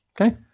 okay